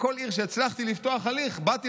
בכל עיר שהצלחתי לפתוח בה הליך באתי